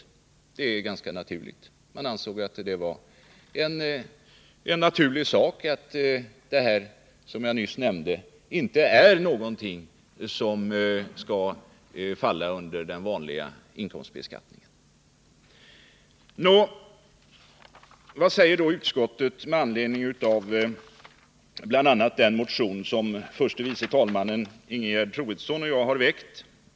Och det är ganska naturligt — man ansåg det vara en självklar sak att detta, som jag nyss nämnde, inte är någonting som skall falla under den vanliga inkomstbeskattningen. Vad säger då utskottet med anledning av bl.a. motion 1979/80:154, som förste vice talmannen Ingegerd Troedsson och jag har väckt?